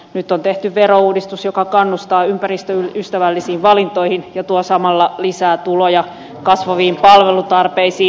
nyt on tehty verouudistus joka kannustaa ympäristöystävällisiin valintoihin ja tuo samalla lisää tuloja kasvaviin palvelutarpeisiin